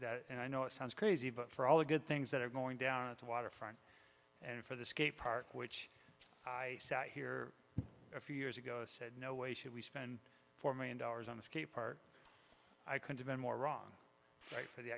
and i know it sounds crazy but for all the good things that are going down to waterfront and for the skate park which i sat here a few years ago said no way should we spend four million dollars on a skate park i could have been more wrong right for the